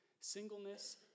Singleness